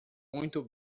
muito